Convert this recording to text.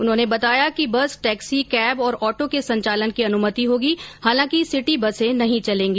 उन्होंने बताया कि बस टैक्सी कैब और ऑटो के संचालन की अनुमति होगी हालांकि सिटी बसें नहीं चलेंगी